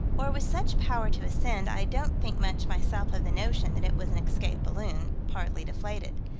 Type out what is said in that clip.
or with such power to ascend, i don't think much myself of the notion that it was an escaped balloon, partly deflated.